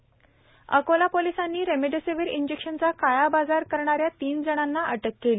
remdesivir Akola पोलिसांनी remdesivir इंजेक्शनचा काळाबाजार करणाऱ्या तीन जणांना अटक केली